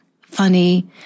funny